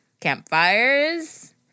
Campfires